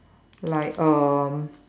like um